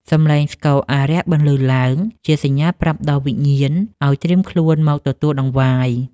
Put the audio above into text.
សំឡេងស្គរអារក្សបន្លឺឡើង ជាសញ្ញាប្រាប់ដល់វិញ្ញាណឱ្យត្រៀមខ្លួនមកទទួលដង្វាយ។